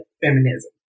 feminism